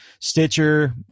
stitcher